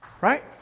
Right